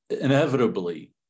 inevitably